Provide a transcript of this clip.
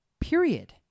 Period